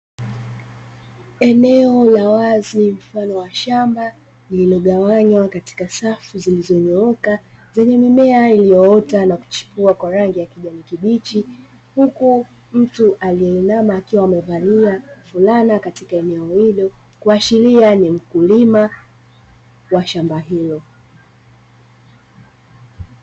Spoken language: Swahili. Eneo la wazi mfano wa shamba limegawanywa katika safu zilizonyooka, zenye mimea iliyoota na kuchipua kwa rangi ya kijani kibichi. Huku mtu aliyeinama akiwa amevalia fulana katika eneo hilo, kuashiria ni mkulima wa shamba hilo.